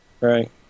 Right